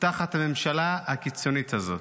תחת הממשלה הקיצונית הזאת?